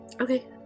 Okay